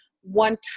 one